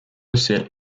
sit